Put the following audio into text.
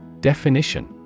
Definition